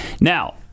Now